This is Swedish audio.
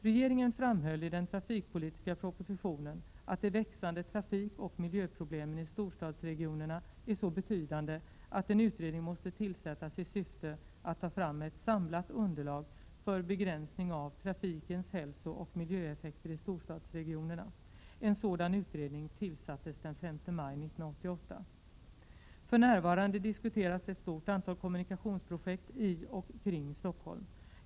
Regeringen framhöll i den trafikpolitiska propositionen 1987/88:50 att de växande trafikoch miljöproblemen i storstadsregionerna är så betydande att en utredning måste tillsättas i syfte att ta fram ett samlat underlag för begränsning av trafikens hälsooch miljöeffekter i storstadsregionerna. En sådan utredning tillsattes den 5 maj 1988. För närvarande diskuteras ett stort antal kommunikationsprojekt i och kring Stockholm.